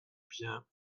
bien